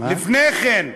לפני כן,